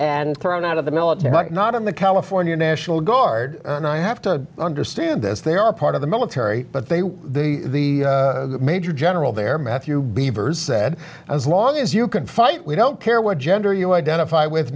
and thrown out of the military like not in the california national guard and i have to understand this they are a part of the military but they were the major general there matthew beavers said as long as you can fight we don't care what gender you identify with